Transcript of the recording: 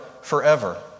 forever